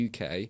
UK